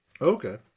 Okay